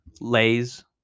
Lays